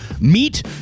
meet